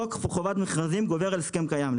חוק חובת מכרזים גובל על הסכם קיים.